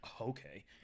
Okay